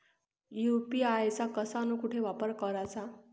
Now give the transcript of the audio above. UPI चा कसा अन कुटी वापर कराचा?